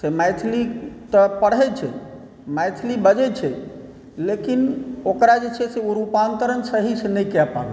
से मैथिली तऽ पढ़ै छै मैथिली बाजै छै लेकिन ओकरा जे छै से ओ रूपांतरण सहीसॅं नहि कए पाबै छै